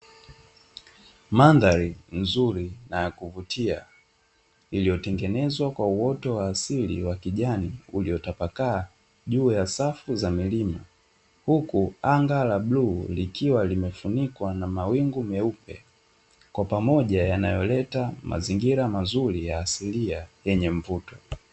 Mandhari nzuri na ya kuvutia iliyitengenezwa kwa uoto wa asili wa kijani uliotapakaa juu ya safu za mikima, huku anga ka bluu likiwa limefunikwa na mawingu meupe kwa pamoja yanayoleta mazingira mazuri ya asilia yenye mvuto.